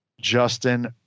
justin